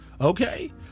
Okay